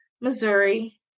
Missouri